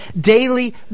daily